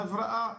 הבראה,